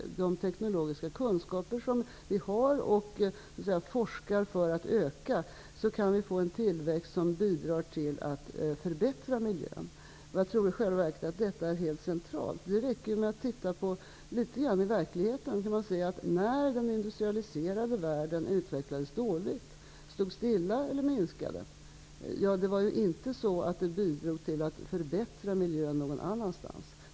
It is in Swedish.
De teknologiska kunskaper som vi har och som vi forskar för att öka kan skapa en tillväxt som kan bidra till att förbättra miljön. Jag tror i själva verket att detta är helt centralt. Det räcker med att titta på hur verkligheten ser ut. När den utvecklingen i den industrialiserade världen var dålig, stod stilla eller minskade, bidrog ju inte detta till att miljön förbättrades någon annanstans.